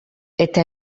eta